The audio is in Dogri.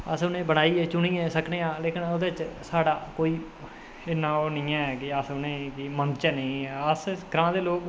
अस उनेंगी बनाइयै चुनी सकने आं लेकिन ओह्दे च साढ़ा कोई इन्ना ओह् निं ऐ की अस उनेंगी मनचै नेईं ग्रांऽ दे लोग